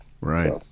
Right